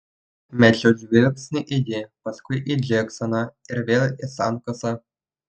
mečiau žvilgsnį į jį paskui į džeksoną ir vėl į sankasą